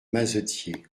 mazetier